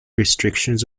restrictions